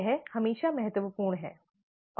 यह हमेशा महत्वपूर्ण है